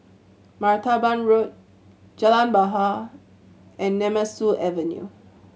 Martaban Road Jalan Bahar and Nemesu Avenue